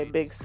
Big